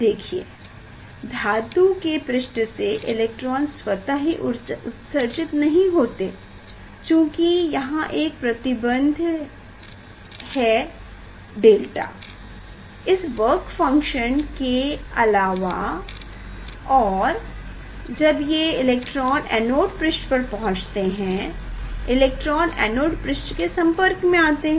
देखिए धातु के पृष्ठ से इलेक्ट्रॉन स्वतः ही उत्सर्जित नहीं होते चूंकि यहाँ एक प्रतिबंध है डेल्टा इस वर्क फंक्शन के अलावा और जब ये इलेक्ट्रॉन एनोड पृष्ठ पर पहुँचते हैं इलेक्ट्रॉन एनोड पृष्ठ के संपर्क में आते हैं